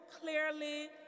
clearly